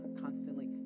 constantly